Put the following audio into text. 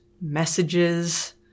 messages